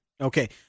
Okay